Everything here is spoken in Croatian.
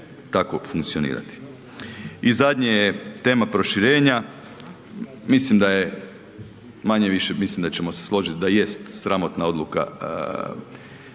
tako funkcionirati. I zadnje je tema proširenja, mislim da je manje-više mislim da ćemo se složiti da jest sramotna odluka,